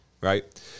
Right